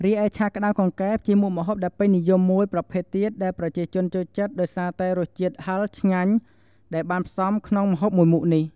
រីឯឆាក្ដៅកង្កែប ជាមុខម្ហូបដែលពេញនិយមមួយប្រភេទទៀត ដែលប្រជាជនចូលចិត្តដោយសារតែ រសជាតិហិរឆ្ងាញ់ដែលបានផ្សំក្នុងម្ហូបមួយមុខនេះ។